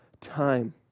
time